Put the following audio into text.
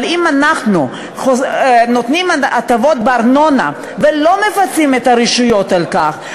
אבל אם אנחנו נותנים הטבות בארנונה ולא מפצים את הרשויות על כך,